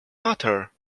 matter